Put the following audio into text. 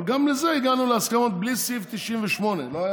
אבל גם בזה הגענו להסכמות בלי סעיף 98. לא היה